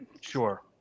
Sure